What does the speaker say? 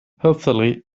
hopefully